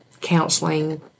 counseling